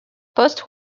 post